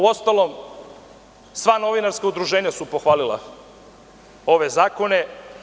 Uostalom, sva novinarska udruženja su pohvalila ove zakone.